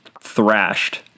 thrashed